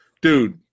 dude